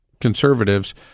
conservatives